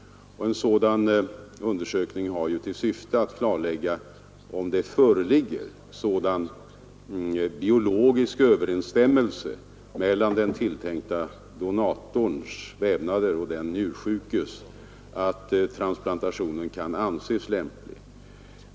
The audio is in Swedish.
En sådan undersökning har ju till syfte att klarlägga om det föreligger sådan biologisk överensstämmelse mellan den tilltänkte donatorns vävnader och den njursjukes att transplantationen kan anses lämplig.